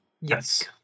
Yes